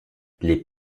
les